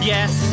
Yes